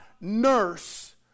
nurse